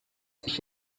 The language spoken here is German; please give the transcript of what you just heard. sich